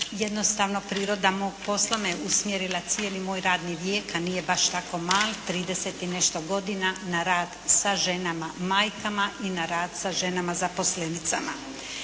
jednostavno priroda mog posla me usmjerila cijeli moj radni vijek a nije baš tako mali, 30 i nešto godina na rad sa ženama majkama i na rad sa ženama zaposlenicama.